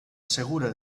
segura